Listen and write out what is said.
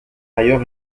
ailleurs